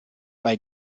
bei